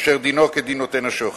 אשר דינו כדין נותן השוחד.